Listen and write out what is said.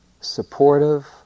supportive